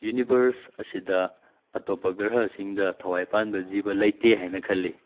universe ꯑꯁꯤꯗ ꯑꯇꯣꯞꯄ ꯒ꯭ꯔꯍꯁꯤꯡꯗ ꯊꯋꯥꯏ ꯄꯥꯟꯕ ꯖꯤꯕ ꯂꯩꯇꯦ ꯍꯥꯏꯅ ꯈꯜꯂꯤ